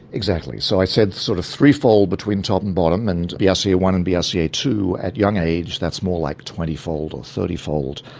exactly. so i said sort of threefold between top and bottom, and b r ah c a one and b r c a two at young age, that's more like twentyfold or thirtyfold.